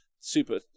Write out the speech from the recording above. super